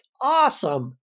awesome